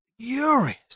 furious